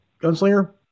Gunslinger